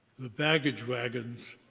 the baggage waggons,